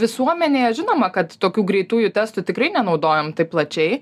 visuomenėje žinoma kad tokių greitųjų testų tikrai nenaudojom taip plačiai